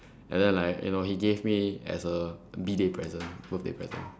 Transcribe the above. and then like you know he gave me as a B day present birthday present